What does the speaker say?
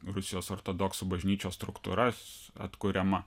rusijos ortodoksų bažnyčios struktūras atkuriama